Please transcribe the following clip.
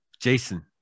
Jason